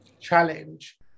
challenge